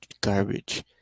garbage